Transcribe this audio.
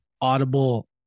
Audible